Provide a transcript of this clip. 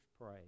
pray